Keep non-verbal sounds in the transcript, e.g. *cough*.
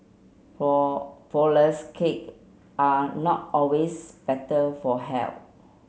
fall *unintelligible* cakes are not always better for health